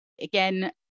again